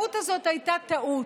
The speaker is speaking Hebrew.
צינון.